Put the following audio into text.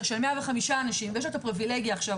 של 105 אנשים יש לו את הפריבילגיה עכשיו,